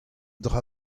dra